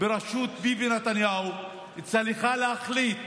בראשות ביבי נתניהו צריכה להחליט